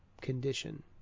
condition